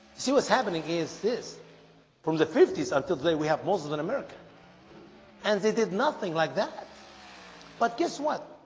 see what's happening. is this from the fifty s until today? we have muslims in america and they did nothing like that but guess what?